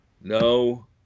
no